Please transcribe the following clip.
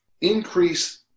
increase